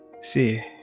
see